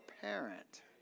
parent